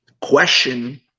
question